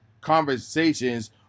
conversations